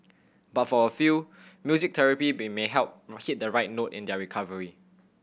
but for a few music therapy may help hit the right note in their recovery